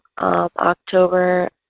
October